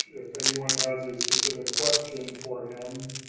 if anyone has a specific question for him,